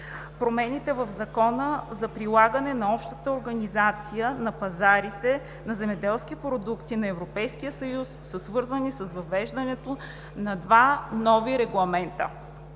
Промените в Закона за прилагане на Общата организация на пазарите на земеделски продукти на Европейския съюз са свързани с въвеждането на два нови регламента.